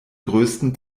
größten